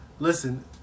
Listen